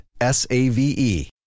S-A-V-E